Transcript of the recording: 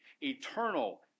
eternal